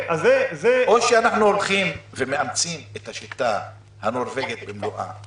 או שאנחנו מאמצים את השיטה הנורווגית במלואה,